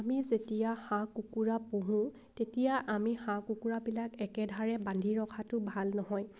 আমি যেতিয়া হাঁহ কুকুৰা পোহোঁ তেতিয়া আমি হাঁহ কুকুৰাবিলাক একেধাৰে বান্ধি ৰখাটো ভাল নহয়